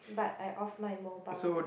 but I off my mobile